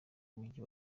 mujyi